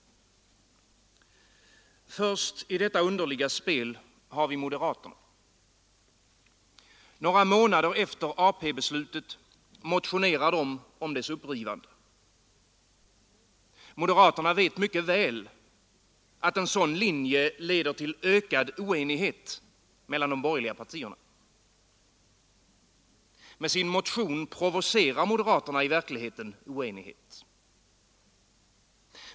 Först i detta underliga spel har vi moderaterna. Några månader efter AP-beslutet motionerar de om dess upprivande. Moderaterna vet mycket väl att en sådan linje leder till ökad oenighet mellan de borgerliga partierna. Med sin motion provocerar moderaterna i verkligheten oenighet.